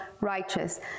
righteous